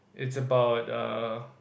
it's about err